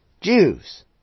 Jews